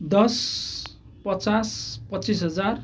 दस पचास पच्चिस हजार